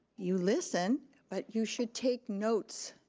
you listen but you should take notes,